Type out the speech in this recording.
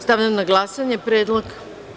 Stavljam na glasanje predlog.